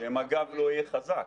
שמג"ב לא יהיה חזק.